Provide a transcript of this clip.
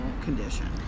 condition